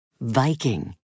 Viking